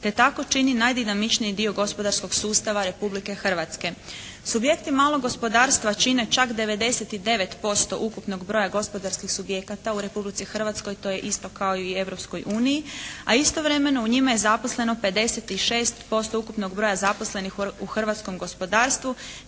te tako čini najdinamičniji dio gospodarskog sustava Republike Hrvatske. Subjekti malog gospodarstva čine čak 99% ukupnog broja gospodarskih subjekata u Republici Hrvatskoj. To je isto kao i u Europskoj uniji, a istovremeno u njima je zaposleno 56% ukupnog broja zaposlenih u hrvatskom gospodarstvu